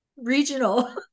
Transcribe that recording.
regional